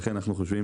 לכן אנחנו חושבים